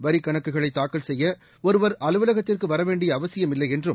வரிக் கணக்குகளை தாக்கல் செய்ய ஒருவர் அலுவலகத்திற்கு வரவேண்டிய அவசியம் இல்லை என்றம்